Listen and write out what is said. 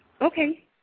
Okay